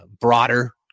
broader